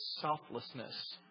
selflessness